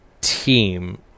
team